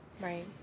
right